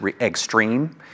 extreme